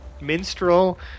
minstrel